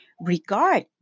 regard